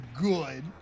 good